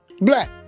Black